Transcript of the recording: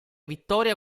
vittoria